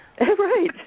Right